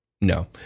No